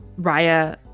Raya